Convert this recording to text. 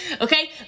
okay